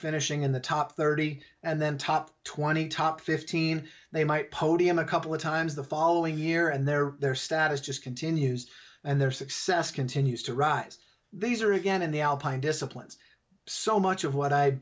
finishing in the top thirty and then top twenty top fifteen they might podium a couple of times the following year and their their status just continues and their success continues to rise these are again in the alpine disciplines so much of what i